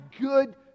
good